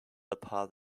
apart